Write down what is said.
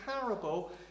parable